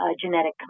genetic